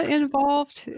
involved